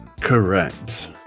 Correct